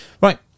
right